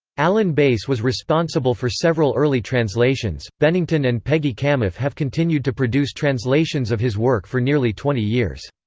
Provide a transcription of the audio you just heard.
alan bass was responsible for several early translations bennington and peggy kamuf have continued to produce translations of his work for nearly twenty years.